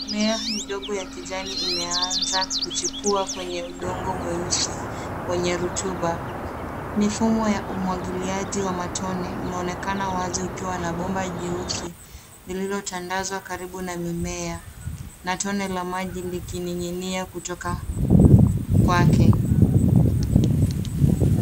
Mimea midogo ya kijani imeanza kuchipua kwenye udongo mweusi wenye rotuba. Mifumo ya umwagiliaji wa matone unaonekana wazi ukiwa na bomba jeusi lililotandazwa karibu na mimea na tone la maji likining'inia kutoka kwake.